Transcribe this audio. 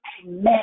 Amen